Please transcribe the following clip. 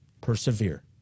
persevere